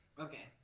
Okay